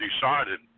decided